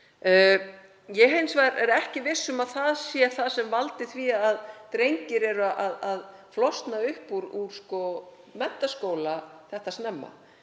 er hins vegar ekki viss um að það sé það sem valdi því að drengir flosna upp úr menntaskóla þetta snemma.